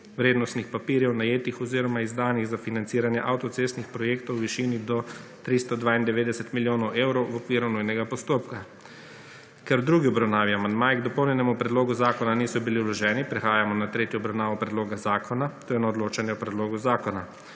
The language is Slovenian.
vrednostnih papirjev, najetih oziroma izdanih za financiranje avtocestnih projektov v višini do 392,44 mio eurov v okviru nujnega postopka. Ker v drugi obravnavi amandmaji k Dopolnjenemu Predlogu zakona niso bili vloženi, prehajamo na tretjo obravnavo Predloga zakona, to je na odločanje o Predlogu zakona.